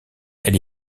elle